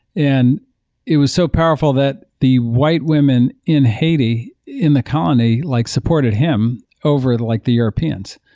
and it was so powerful that the white women in haiti in the colony like supported him over the like the europeans.